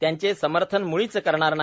त्याचे समर्थन म्ळीच करणार नाही